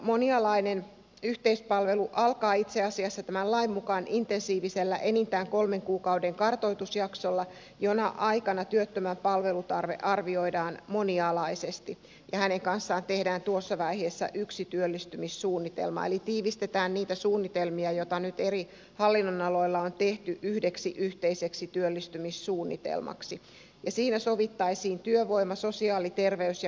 monialainen yhteispalvelu alkaa itse asiassa tämän lain mukaan intensiivisellä enintään kolmen kuukauden kartoitusjaksolla jona aikana työttömän palvelutarve arvioidaan monialaisesti ja hänen kanssaan tehdään tuossa vaiheessa yksi työllistymissuunnitelma eli tiivistetään niitä suunnitelmia joita nyt eri hallinnonaloilla on tehty yhdeksi yhteiseksi työllistymissuunnitelmaksi ja siinä sovittaisiin työvoima sosiaali terveys ja kuntoutuspalveluista